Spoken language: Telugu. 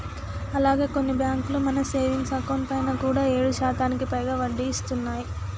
అలాగే కొన్ని బ్యాంకులు మన సేవింగ్స్ అకౌంట్ పైన కూడా ఏడు శాతానికి పైగా వడ్డీని ఇస్తున్నాయి